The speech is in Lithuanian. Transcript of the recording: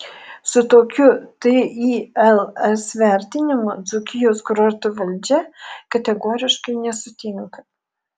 su tokiu tils vertinimu dzūkijos kurorto valdžia kategoriškai nesutinka